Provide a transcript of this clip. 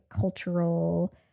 cultural